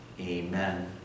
Amen